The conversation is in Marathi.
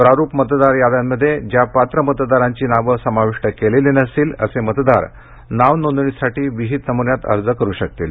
प्रारुप मतदार याद्यांमध्ये ज्या पात्र मतदारांची नावं समाविष्ट केलेली नसतील असे मतदार नाव नोंदणीसाठी विहित नमून्यात अर्ज करु शकतील